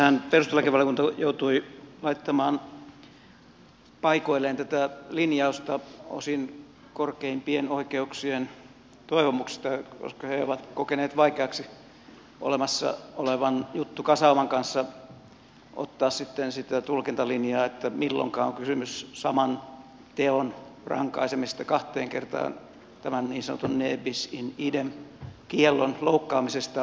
tässähän perustuslaki valiokunta joutui laittamaan paikoilleen tätä linjausta osin korkeimpien oikeuksien toivomuksesta koska he ovat kokeneet vaikeaksi olemassa olevan juttukasauman kanssa ottaa sitten sitä tulkintalinjaa että milloinka on kysymys saman teon rankaisemisesta kahteen kertaan tämän niin sanotun ne bis in idem kiellon loukkaamisesta milloin taas ei